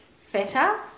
feta